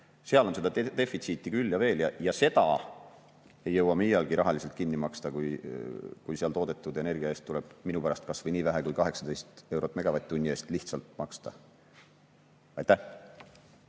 seal on seda defitsiiti küll ja veel. Aga seda ei jõua me iialgi rahaliselt kinni maksta, kui toodetud energia eest tuleb minu pärast kas või nii vähe kui 18 eurot megavatt-tunni eest lihtsalt maksta. Leo